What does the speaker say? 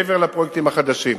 מעבר לפרויקטים החדשים.